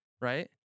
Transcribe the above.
right